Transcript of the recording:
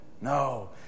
No